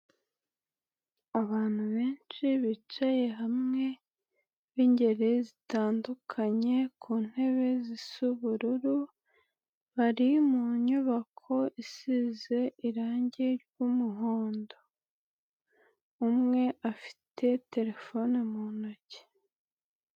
Abantu benshi bicaye hamwe bingeri zitandukanye, ku ntebe zisa ubururu, bari mu nyubako isize irangi ry'umuhondo, umwe afite telefone mu ntoki.